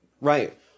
Right